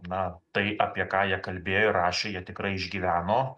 na tai apie ką jie kalbėjo ir rašė jie tikrai išgyveno